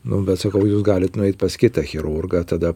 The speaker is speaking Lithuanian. nu bet sakau jūs galit nueit pas kitą chirurgą tada